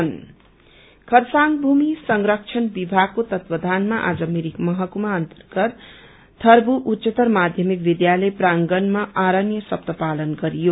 वन महोत्सव खरसाङको भूमि संरक्षण विभागको तत्वावधानमा आज मिरिक महकुमा अन्तर्गत थर्वु उच्चतर माध्यमिक विद्यालय प्रांगणमा अरण्य सप्ताह पालन गरियो